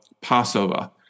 Passover